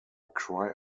cry